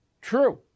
True